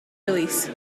release